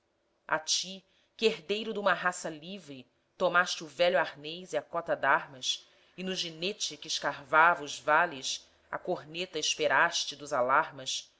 ti que herdeiro duma raça livre tomaste o velho arnês e a cota d'armas e no ginete que escarvava os vales a corneta esperaste dos alarmas